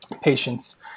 patients